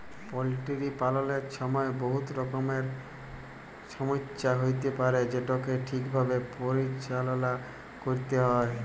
poultry পাললের ছময় বহুত রকমের ছমচ্যা হ্যইতে পারে যেটকে ঠিকভাবে পরিচাললা ক্যইরতে হ্যয়